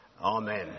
Amen